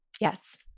Yes